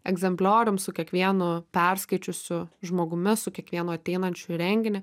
egzempliorium su kiekvienu perskaičiusiu žmogumi su kiekvienu ateinančiu į renginį